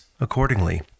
accordingly